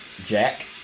Jack